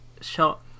shot